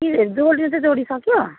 कि जोड्नु चाहिँ जोडिसक्यो